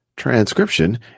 transcription